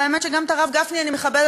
והאמת שגם את הרב גפני אני מכבדת,